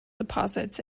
deposits